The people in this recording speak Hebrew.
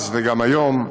אז וגם היום.